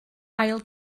ail